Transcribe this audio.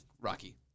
Rocky